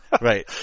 right